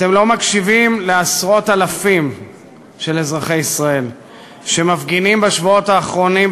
אתם לא מקשיבים לעשרות אלפים של אזרחי ישראל שמפגינים בשבועות האחרונים,